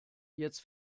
jetzt